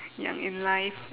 young in life